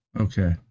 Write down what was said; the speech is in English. Okay